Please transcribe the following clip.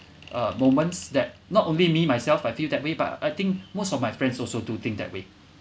uh moments that not only me myself I feel that way but I think most of my friends also do think that way